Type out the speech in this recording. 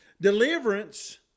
deliverance